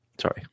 Sorry